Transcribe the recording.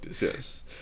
Yes